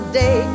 day